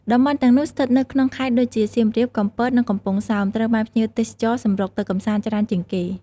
តំបន់ទាំងនោះស្ថិតនៅក្នុងខេត្តដូចជា សៀមរាប កំពត និងកំពង់សោម ត្រូវបានភ្ញៀវទេសចរណ៍សម្រុកទៅកម្សាន្តច្រើនជាងគេ។